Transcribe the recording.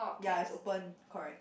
ya is open correct